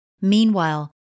Meanwhile